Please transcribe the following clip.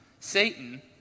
Satan